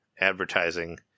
advertising